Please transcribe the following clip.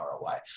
ROI